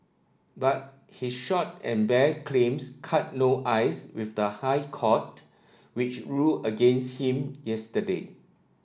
but his short and bare claims cut no ice with the High Court which ruled against him yesterday